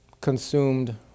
consumed